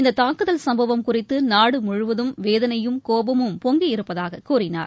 இந்தத் தாக்குதல் சம்பவம் குறித்து நாடு முழுவதும் வேதனையும் கோபமும் பொங்கியிருப்பதாக கூறினார்